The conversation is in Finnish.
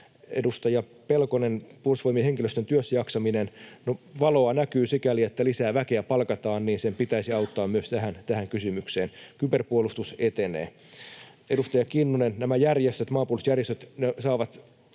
Edustaja Pelkoselle: Puolustusvoimien henkilöstön työssäjaksaminen — no, valoa näkyy sikäli, että lisää väkeä palkataan, sen pitäisi auttaa myös tähän kysymykseen. Kyberpuolustus etenee. Edustaja Kinnunen, nämä maanpuolustusjärjestöt saavat,